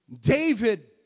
David